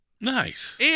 Nice